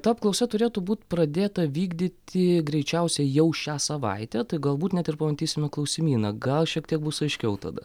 ta apklausa turėtų būt pradėta vykdyti greičiausiai jau šią savaitę tai galbūt net ir pamatysime klausimyną gal šiek tiek bus aiškiau tada